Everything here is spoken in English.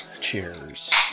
Cheers